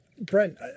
Brent